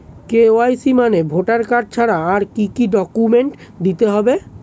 KYC মানে voter card ছাড়া আর কি কি ডকুমেন্ট দিতে হবে?